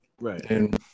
Right